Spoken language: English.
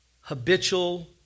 Habitual